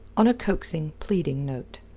on a coaxing, pleading note.